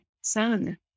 son